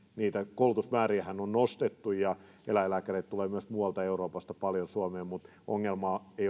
koulutusmääriähän on nostettu ja eläinlääkäreitä tulee myös muualta euroopasta paljon suomeen mutta ongelma ei ole